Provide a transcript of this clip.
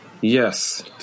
yes